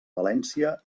valència